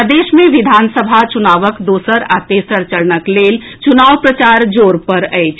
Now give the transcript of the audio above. प्रदेश मे विधानसभा चुनावक दोसर आ तेसर चरणक लेल चुनाव प्रचार जोर पर अछि